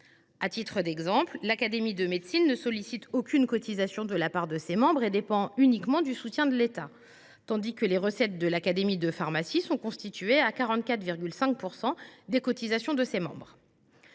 À titre d’exemple, l’Académie nationale de médecine ne sollicite aucune cotisation de la part de ses membres et dépend uniquement du soutien de l’État, tandis que les recettes de l’Académie nationale de pharmacie sont constituées à 44,5 % des cotisations de ses membres.